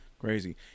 Crazy